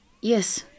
Yes